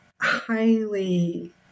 highly